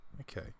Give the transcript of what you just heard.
okay